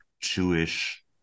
Jewish